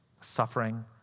suffering